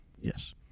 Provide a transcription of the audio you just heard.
Yes